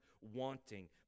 wanting